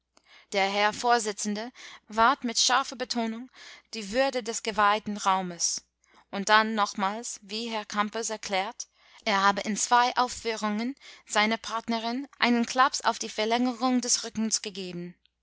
der herr vorsitzende wahrt mit scharfer betonung die würde des geweihten raumes und dann nochmals wie herr kampers erklärt er habe in zwei aufführungen seiner partnerin einen klaps auf die verlängerung des rückens gegeben